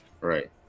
right